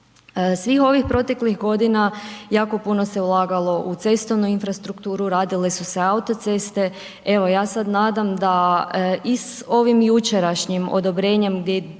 Svih ovih proteklih godina jako puno se ulagalo u cestovnu infrastrukturu, radile su se autoceste, evo ja se nadam i sa ovim jučerašnjim odobrenjem gdje